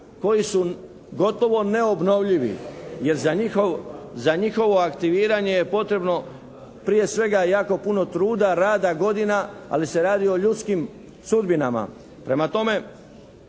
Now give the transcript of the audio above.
koji su gotovo neobnovljivi jer za njihovo aktiviranje je potrebno prije svega jako puno truda, rada, godina, ali se radi o ljudskim sudbinama.